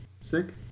sick